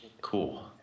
cool